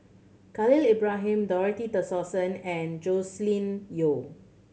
Khalil Ibrahim Dorothy Tessensohn and Joscelin Yeo